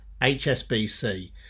HSBC